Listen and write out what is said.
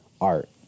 art